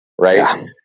right